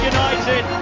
United